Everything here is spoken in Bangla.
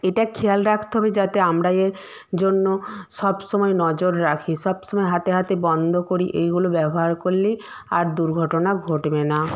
এটা খেয়াল রাখতে হবে যাতে আমরা এর জন্য সব সময় নজর রাখি সব সময় হাতে হাতে বন্ধ করি এইগুলো ব্যবহার করলেই আর দুর্ঘটনা ঘটবে না